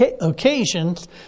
occasions